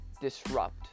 disrupt